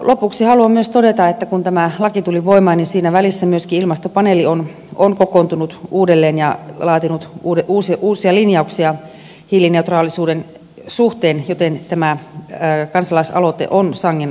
lopuksi haluan myös todeta että kun tämä laki tuli voimaan niin tässä välissä myöskin ilmastopaneeli on kokoontunut uudelleen ja laatinut uusia linjauksia hiilineutraalisuuden suhteen joten tämä kansalaisaloite on sangen ajankohtainen